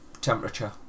temperature